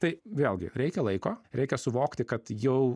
tai vėlgi reikia laiko reikia suvokti kad jau